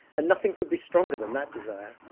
and nothing could be stronger than that desire!